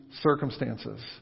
circumstances